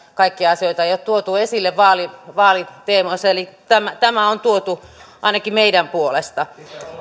kaikkia asioita ei ole tuotu esille vaaliteemoissa tämä tämä on tuotu ainakin meidän puolestamme